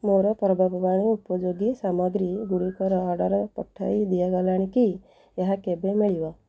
ମୋର ପର୍ବପର୍ବାଣି ଉପଯୋଗୀ ସାମଗ୍ରୀଗୁଡ଼ିକର ଅର୍ଡ଼ର୍ ପଠାଇ ଦିଆଗଲାଣି କି ଏହା କେବେ ମିଳିବ